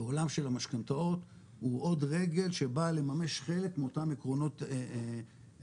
בעולם של המשכנתאות היא עוד רגל שבאה לממש חלק מאותן עקרונות הוגנות.